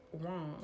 wrong